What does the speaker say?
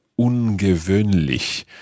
ungewöhnlich